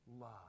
love